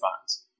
funds